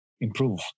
improve